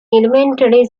elementary